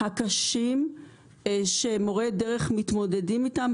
הצרכים הקשים שמורי דרך מתמודדים איתם.